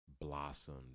blossomed